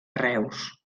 reus